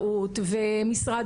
לפחות לפי 105,